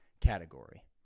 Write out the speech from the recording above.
category